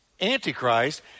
antichrist